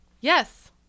yes